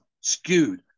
skewed